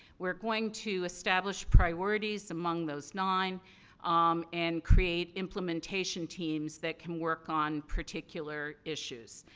we're going to establish priorities among those nine um and create implementation teams that can work on particular issues.